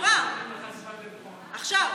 הספרייה סגורה עכשיו.